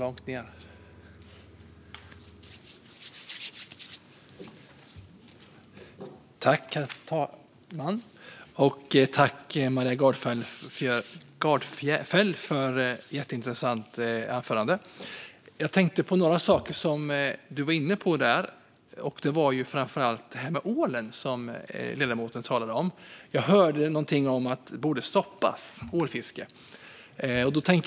Herr talman! Tack, Maria Gardfjell, för ett jätteintressant anförande! Jag tänkte på några saker som ledamoten var inne på, framför allt ålen. Jag hörde något om att ålfiske borde stoppas.